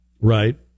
right